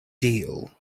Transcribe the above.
deal